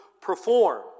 perform